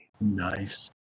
Nice